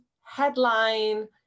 headline